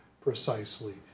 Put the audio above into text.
precisely